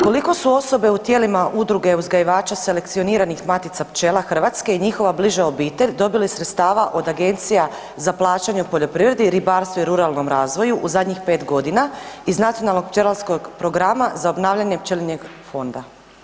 Koliko su osobe u tijelima udruga uzgajivača selekcioniranih matica pčela Hrvatske i njihova bliža obitelj dobili sredstava od agencija za plaćanje u poljoprivredi, ribarstvu i ruralnom razvoju u zadnjih 5 godina iz Nacionalnog pčelarskog programa za obnavljanje pčelinjeg fonda?